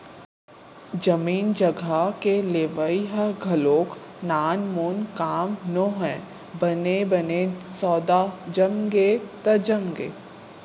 जमीन जघा के लेवई ह घलोक नानमून काम नोहय बने बने सौदा जमगे त जमगे